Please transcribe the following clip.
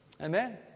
Amen